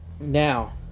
Now